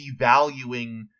devaluing